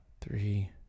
three